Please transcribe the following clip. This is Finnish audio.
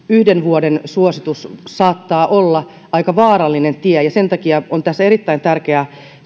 yhden vuoden suositus saattaa olla aika vaarallinen tie sen takia on erittäin tärkeää